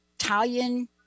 Italian